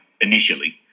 initially